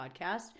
podcast